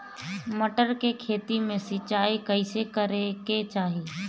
मटर के खेती मे सिचाई कइसे करे के चाही?